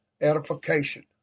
edification